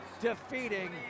defeating